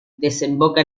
desemboca